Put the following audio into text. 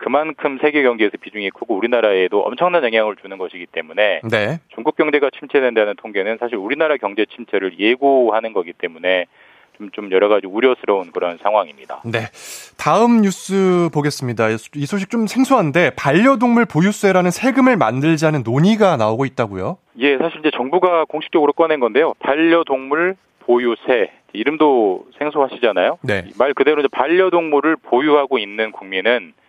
그만큼 세계 경제에서 비중이 크고 우리나라에도 엄청난 영향을 주는 것이기 때문에 네. 중국 경제가 침체된다는 통계는 사실 우리나라 경제 침체를 예고하는 거기 때문에 좀- 좀 여러 가지 우려스러운 그런 상황입니다. 네. 다음 뉴스 보겠습니다. 이 소식 좀 생소한데 반려동물 보유세라는 세금을 만들자는 논의가 나오고 있다고요? 예, 사실 이제 정부가 공식적으로 꺼낸 건데요. 반려동물 보유세, 이름도 생소하시잖아요. 네. 말 그대로 이제 반려동물을 보유하고 있는 국민은